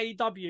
AW